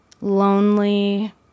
lonely